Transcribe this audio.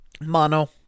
Mono